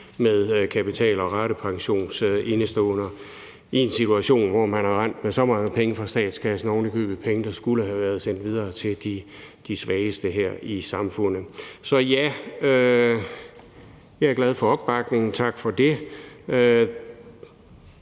med kapital- og ratepensionsindeståender i en situation, hvor man er rendt med så mange penge fra statskassen, ovenikøbet penge, der skulle have været sendt videre til de svageste her i samfundet. Så ja, jeg er glad for opbakningen. Tak for det.